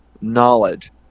knowledge